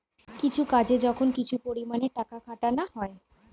কিছু কাজে যখন কিছু পরিমাণে টাকা খাটানা হয়